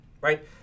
right